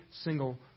single